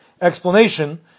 explanation